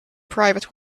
private